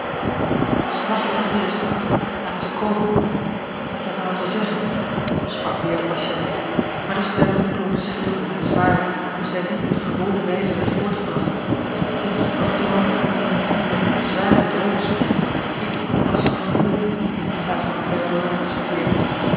als machteld hier is laat ze komen ik heb haar wat te zeggen sprak weêr de patiënt maar de stem klonk schril en zwaar of zij niet op de gewone wijze werd voortgebracht iets als iemand die in een diepen zwaren droom spreekt iets als een somnambule die in staat van clairvoyance verkeert